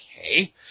Okay